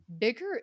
bigger